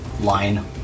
line